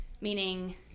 meaning